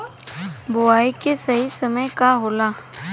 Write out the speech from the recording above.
बुआई के सही समय का होला?